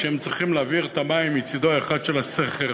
כשהם צריכים להעביר את המים מצדו האחד של הסכר